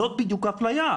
זאת בדיוק האפליה.